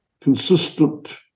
consistent